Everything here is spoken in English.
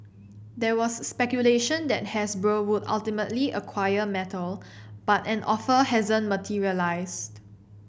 there was speculation that Hasbro would ultimately acquire Mattel but an offer hasn't materialised